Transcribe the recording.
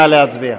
נא להצביע.